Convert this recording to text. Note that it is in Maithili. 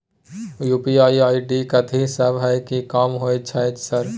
यु.पी.आई आई.डी कथि सब हय कि काम होय छय सर?